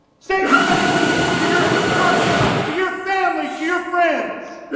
say thank you to your instructors, to your family, to your friends.